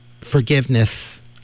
forgiveness